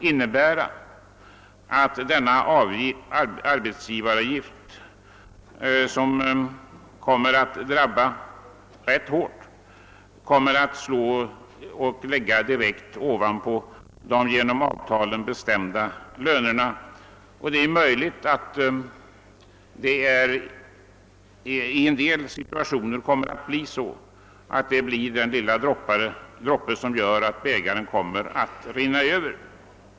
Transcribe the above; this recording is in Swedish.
Denna höjning av arbetsgivaravgiften, som kommer att slå ganska hårt, torde för många delar av näringslivet läggas direkt ovanpå de i avtalet bestämda lönerna. Det är möjligt att detta i en del situationer blir droppen som får bägaren att rinna Över.